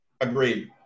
Agreed